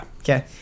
Okay